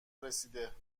رسیده